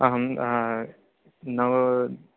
अहं नव